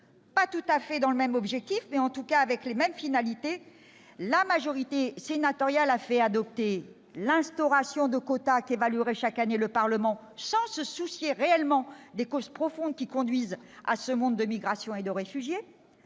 un objectif légèrement différent, mais en tout cas avec les mêmes finalités, la majorité sénatoriale a fait adopter l'instauration de quotas qu'évaluerait chaque année le Parlement, sans se soucier réellement des causes profondes qui conduisent à ce monde de migrations et de réfugiés.